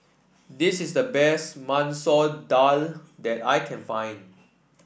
this is the best Masoor Dal that I can find